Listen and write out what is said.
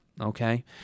Okay